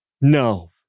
No